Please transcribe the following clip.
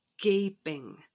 gaping